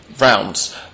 rounds